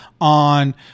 on